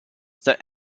that